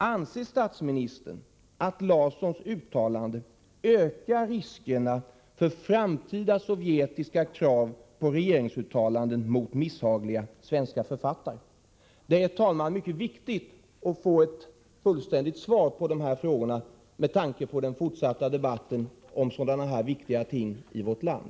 Anser statsministern att Larssons uttalande ökar riskerna för framtida sovjetiska krav på regeringsuttalanden mot misshagliga svenska författare? Herr talman! Det är mycket viktigt att få ett fullständigt svar på dessa frågor med tanke på den fortsatta debatten om sådana här viktiga ting i vårt land.